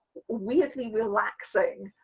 weirdly relaxing,